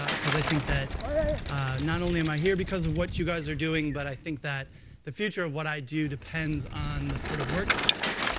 ah because i think that not only am i here because of what you guys are doing, but i think that the future of what i do depends on the sort of work that you do.